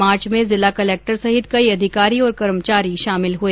मार्च में जिला कलेक्टर सहित कई अधिकारी और कर्मचारी शामिल हुए